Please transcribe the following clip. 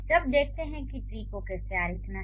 अब देखते हैं कि ट्री को कैसे आरिखना है